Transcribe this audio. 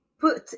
put